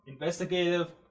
Investigative